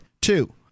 Two